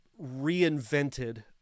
reinvented